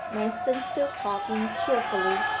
manston still talking cheerfully.